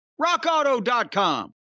Rockauto.com